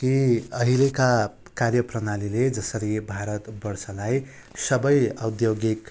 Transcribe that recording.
के अहिलेका कार्यप्रणालीले जसरी भारतवर्षलाई सबै औद्योगिक